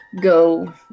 go